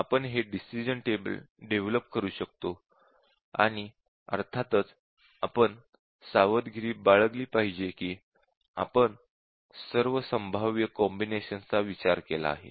आपण हे decision table develop करू शकतो आणि अर्थातच आपण सावधगिरी बाळगली पाहिजे की आपण सर्व संभाव्य कॉम्बिनेशन्स चा विचार केला आहे